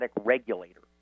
regulator